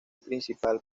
principal